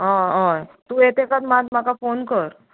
हय हय तूं येतेकच म्हाका फोन कर